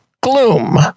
gloom